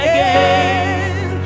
again